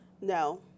No